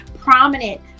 prominent